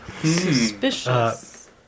Suspicious